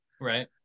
Right